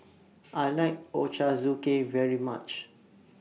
I like Ochazuke very much